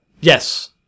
Yes